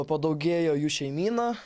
padaugėjo jų šeimyna